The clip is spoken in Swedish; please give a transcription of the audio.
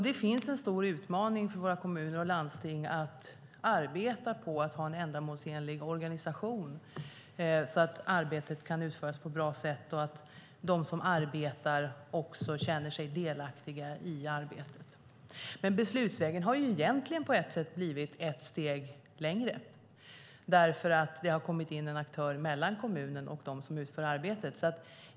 Det finns en stor utmaning för våra kommuner och landsting: att arbeta på att ha en ändamålsenlig organisation, så att arbetet kan utföras på ett bra sätt och så att de som arbetar känner sig delaktiga. Men beslutsvägen har på ett sätt blivit ett steg längre, för det har kommit in en aktör mellan kommunen och dem som utför arbetet.